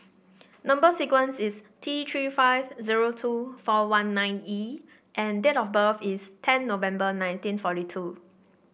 number sequence is T Three five zero two four one nine E and date of birth is ten November nineteen forty two